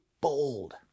bold